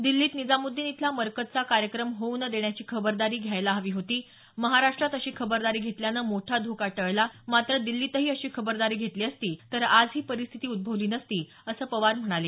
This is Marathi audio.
दिस्तीत निजामुद्दीन इथला मरकजचा कार्यक्रम होऊ न देण्याची खबरदारी घ्यायला हवी होती महाराष्टात अशी खबरदारी घेतल्यानं मोठा धोका टळला मात्र दिल्लीतही अशी खबरदारी घेतली असती तर आज ही परिस्थिती उद्दवली नसती असं पवार म्हणाले